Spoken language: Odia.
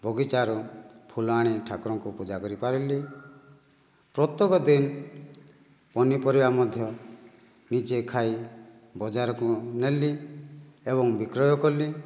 ବଗିଚାରୁ ଫୁଲ ଆଣି ଠାକୁରଙ୍କୁ ପୂଜା କରିପାରିଲି ପ୍ରତ୍ୟକ ଦିନ ପନିପରିବା ମଧ୍ୟ ନିଜେ ଖାଇ ବଜାରକୁ ନେଲି ଏବଂ ବିକ୍ରୟ କଲି